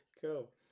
Cool